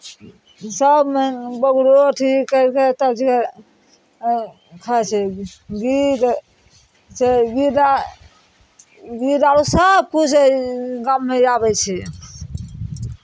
सभ बगुलो अथी करि कऽ तब जे खाइत छै गीद्ध छै गीदा गीद्ध आ ओ सभकिछु गाममे आबै छै